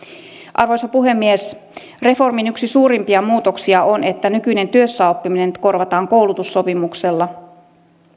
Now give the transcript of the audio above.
arvoisa puhemies reformin yksi suurimpia muutoksia on että nykyinen työssäoppiminen korvataan koulutussopimuksella